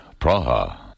Praha